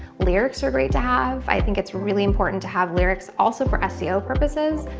lyrics are great to have. i think it's really important to have lyrics also for seo purposes.